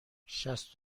شصت